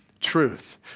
truth